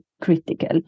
critical